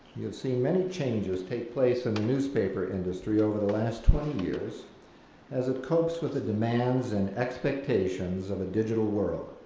you have seen many changes take place in the newspaper industry over the last twenty years as it copes with the demands and expectations of a digital world.